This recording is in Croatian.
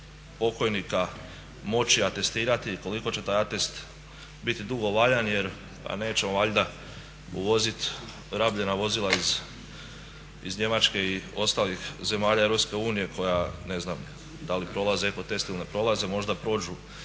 pokojnika moći atestirati, koliko će taj atest biti dugo valjan. Jer nećemo valjda uvozit rabljena vozila iz Njemačke i ostalih zemalja Europske unije koja ne znam da li prolaze eko test ili ne prolaze, možda prođu